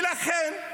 ולכן,